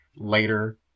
later